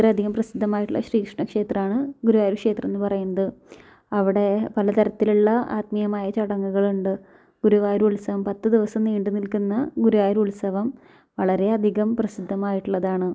ഇത്രയധികം പ്രസിദ്ധമായിട്ടുള്ള ശ്രീകൃഷ്ണ ക്ഷേത്രമാണ് ഗുരുവായൂർ ക്ഷേത്രമെന്ന് പറയുന്നത് അവിടെ പല തരത്തിലുള്ള ആത്മീയമായ ചടങ്ങുകളുണ്ട് ഗുരുവായൂർ ഉത്സവം പത്ത് ദിവസം നീണ്ട് നിൽക്കുന്ന ഗുരുവായൂർ ഉത്സവം വളരെയധികം പ്രസിദ്ധമായിട്ടുള്ളതാണ്